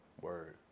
Word